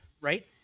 right